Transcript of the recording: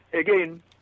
again